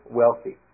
wealthy